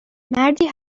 مردی